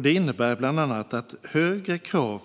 Det innebär bland annat att högre krav